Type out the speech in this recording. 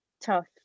tough